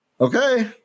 okay